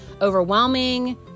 overwhelming